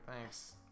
thanks